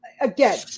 again